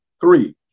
Three